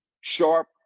Sharp